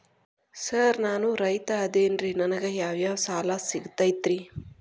Sir ನಾನು ರೈತ ಅದೆನ್ರಿ ನನಗ ಯಾವ್ ಯಾವ್ ಸಾಲಾ ಸಿಗ್ತೈತ್ರಿ?